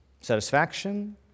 satisfaction